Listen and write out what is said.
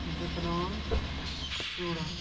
lebanon Sudan